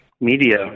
media